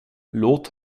låt